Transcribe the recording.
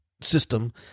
system